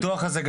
הביטוח הזה,